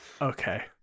Okay